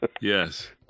Yes